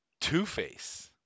Two-Face